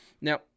Now